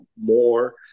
more